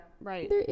Right